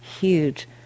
huge